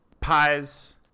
pies